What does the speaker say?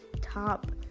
top